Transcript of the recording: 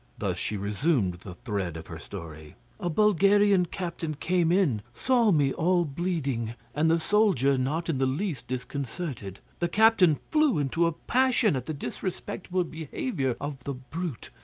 thus she resumed the thread of her story a bulgarian captain came in, saw me all bleeding, and the soldier not in the least disconcerted. the captain flew into a passion at the disrespectful behaviour of the brute,